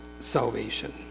salvation